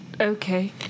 Okay